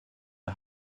are